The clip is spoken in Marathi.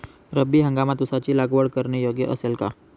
रब्बी हंगामात ऊसाची लागवड करणे योग्य असेल का?